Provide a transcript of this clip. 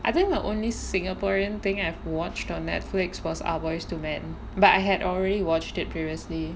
I think the only singaporean thing I've watched on Netflix was ah boys to men but I had already watched it previously